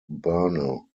berne